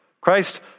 Christ